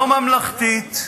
לא ממלכתית.